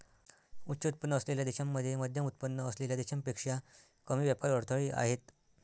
उच्च उत्पन्न असलेल्या देशांमध्ये मध्यमउत्पन्न असलेल्या देशांपेक्षा कमी व्यापार अडथळे आहेत